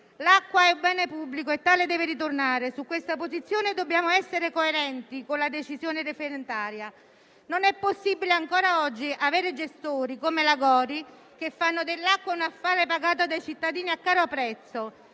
L'acqua è un bene pubblico e tale deve ritornare. Su questa posizione dobbiamo essere coerenti con la decisione referendaria. Non è possibile ancora oggi avere gestori come la GORI, che fanno dell'acqua un affare pagato dai cittadini a caro prezzo,